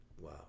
Wow